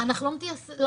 אנחנו לא מתעסקים,